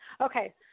Okay